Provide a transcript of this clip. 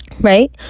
right